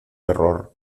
error